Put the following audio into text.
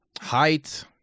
height